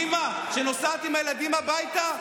אימא שנוסעת עם הילדים הביתה.